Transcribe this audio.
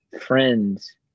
friends